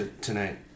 tonight